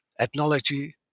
Ethnology